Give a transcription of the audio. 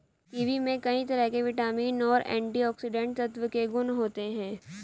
kiwi में कई तरह के विटामिन और एंटीऑक्सीडेंट तत्व के गुण होते है